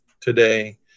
today